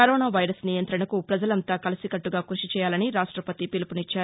corona virus నియంత్రణకు ప్రపజలంతా కలిసికట్టగా కృషి చేయాలని రాష్టపతి పిలుపునిచ్చారు